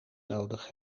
nodig